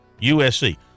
USC